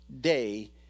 day